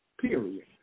period